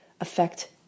affect